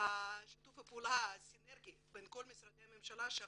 ושיתוף הפעולה הסינרגי בין כל משרדי הממשלה האחראיים: